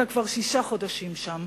אתה כבר שישה חודשים שם.